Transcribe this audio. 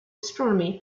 astronomy